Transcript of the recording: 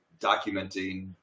documenting